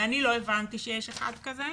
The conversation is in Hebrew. ואני לא הבנתי שיש אחד כזה,